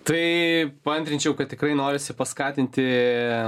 tai paantrinčiau kad tikrai norisi paskatinti